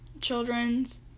children's